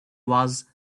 was